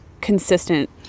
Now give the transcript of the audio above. consistent